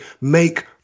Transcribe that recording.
make